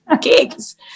gigs